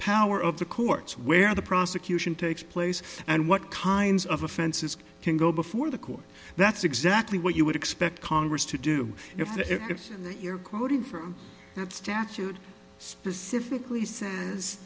power of the courts where the prosecution takes place and what kinds of offenses can go before the court that's exactly what you would expect congress to do if the if you're quoting from that statute specifically says